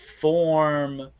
form